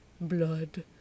blood